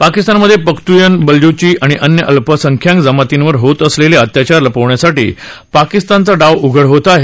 पाकिस्तानमध्ये पख्त्यन बल्ची आणि अन्य अल्पसंख्याक जमातींवर होत असलेले अत्याचार लपवण्याचा पाकिस्तानचा डाव उघड होत आहे